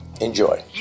enjoy